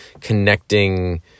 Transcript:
connecting